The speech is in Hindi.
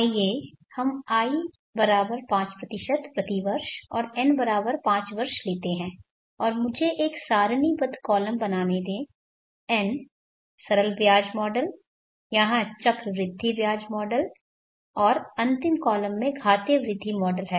आइए हम i5 प्रति वर्ष और n 5 वर्ष लेते हैं और मुझे एक सारणीबद्ध कॉलम बनाने दें n सरल ब्याज मॉडल यहां चक्रवृद्धि ब्याज मॉडल और अंतिम कॉलम में घातीय वृद्धि मॉडल है